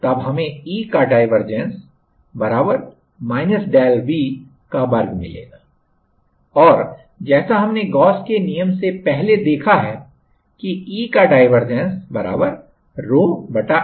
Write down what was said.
तब हमें E का डायवर्जेंस del V का वर्ग मिलेगा और जैसा हमने गॉस के नियम से पहले देखा है कि E का डायवर्जेंस rho epsilon के बराबर होता है